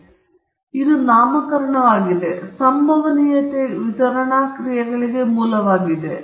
ಆದ್ದರಿಂದ ಇದು ನಾಮಕರಣವಾಗಿದೆ ಮತ್ತು ಇದು ಸಂಭವನೀಯತೆ ವಿತರಣಾ ಕ್ರಿಯೆಗಳಿಗೆ ಮೂಲವಾಗಿದೆ